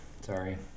Sorry